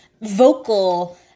vocal